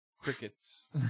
crickets